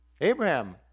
Abraham